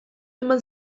eman